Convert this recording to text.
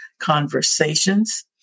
conversations